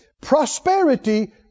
Prosperity